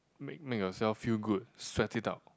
make make yourself feel good sweat it out